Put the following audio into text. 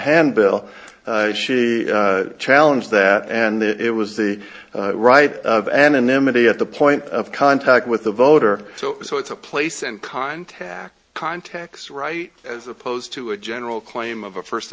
handbill she challenge that and it was the right of anonymity at the point of contact with the voter so so it's a place and contact contacts right as opposed to a general claim of a first